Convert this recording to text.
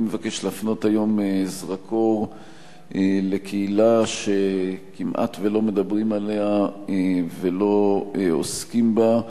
אני מבקש להפנות היום זרקור לקהילה שכמעט לא מדברים עליה ולא עוסקים בה,